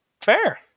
fair